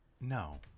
No